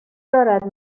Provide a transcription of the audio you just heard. دارد